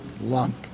lump